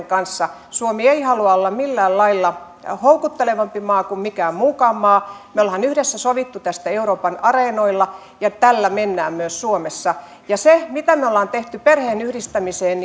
kanssa suomi ei halua olla millään lailla houkuttelevampi maa kuin mikään mukaan maa me olemme yhdessä sopineet tästä euroopan areenoilla ja tällä mennään myös suomessa ja se ainoa muutos minkä me olemme tehneet perheenyhdistämiseen